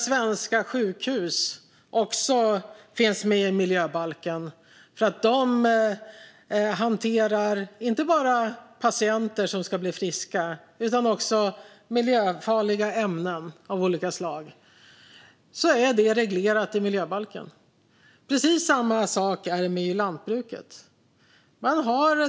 Svenska sjukhus finns också med i miljöbalken eftersom där hanteras inte bara patienter som ska bli friska utan också miljöfarliga ämnen av olika slag. Det är reglerat i miljöbalken. Precis samma sak är det med lantbruket.